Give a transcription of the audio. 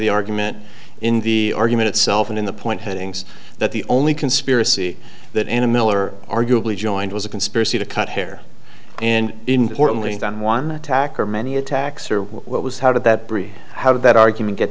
the argument in the argument itself and in the point headings that the only conspiracy that anna miller arguably joined was a conspiracy to cut hair and importantly than one attacker many attacks or what was how did that bree how did that argument get